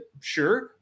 Sure